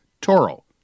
Toro